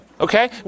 okay